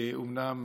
אומנם